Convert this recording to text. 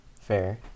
Fair